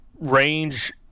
range